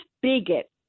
bigot